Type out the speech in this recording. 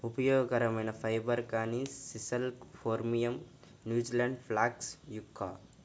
ఉపయోగకరమైన ఫైబర్, కానీ sisal phormium, New Zealand flax yucca